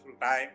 time